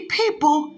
people